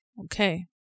okay